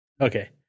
okay